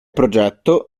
progetto